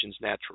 natural